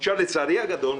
לצערי הגדול,